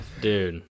dude